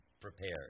prepared